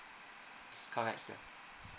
it's correct sir